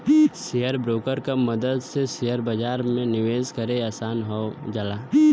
share broker के मदद से शेयर बाजार में निवेश करे आसान हो जाला